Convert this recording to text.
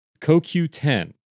CoQ10